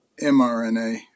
mRNA